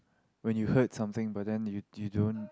when you heard something but then you you don't